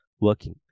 working